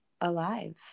alive